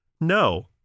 no